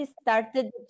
started